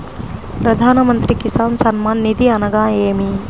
ప్రధాన మంత్రి కిసాన్ సన్మాన్ నిధి అనగా ఏమి?